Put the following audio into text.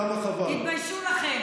תתביישו לכם.